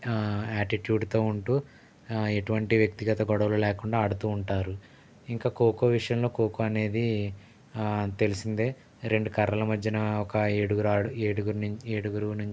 యాటిట్యూడ్తో ఉంటూ ఎటువంటి వ్యక్తిగత గొడవలు లేకుండా ఆడుతూ ఉంటారు ఇంకా ఖో ఖో విషయంలో ఖో ఖో అనేది తెలిసిందే రెండు కర్రల మధ్యన ఒక ఏడుగురు ఏడుగు ఏడుగురు